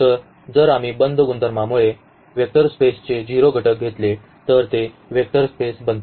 तर जर आम्ही बंद गुणधर्मांमुळे वेक्टर स्पेसचे 0 घटक घेतले तर ते वेक्टर स्पेस बनतील